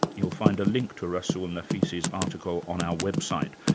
you'll find a link to rasool nafisi's article on our website.